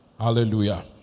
Hallelujah